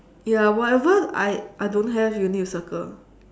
ya whatever I I don't have you need to circle